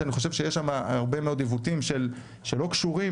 שאני חושב שיש שם הרבה מאוד עיוותים שלא קשורים,